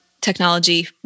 technology